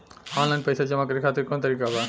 Online पइसा जमा करे खातिर कवन तरीका बा?